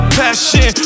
passion